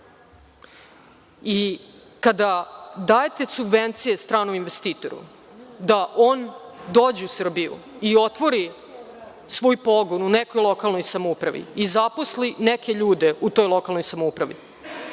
Kada dajete subvencije stranom investitoru da on dođe u Srbiju i otvori svoj pogon u nekoj lokalnoj samoupravi i zaposli neke ljude u toj lokalnoj samoupravi,